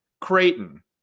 Creighton